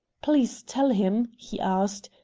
please tell him, he asked,